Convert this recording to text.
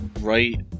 right